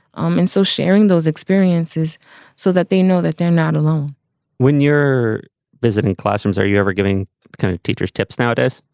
um and so sharing those experiences so that they know that they're not alone when you're visiting classrooms, are you ever giving kind of teachers tips nowadays?